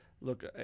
look